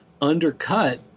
undercut